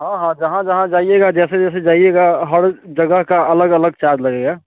हाँ हाँ जहाँ जहाँ जाईएगा जैसे जैसे जाईएगा हर जागह का अलग अलग चार्ज लगेगा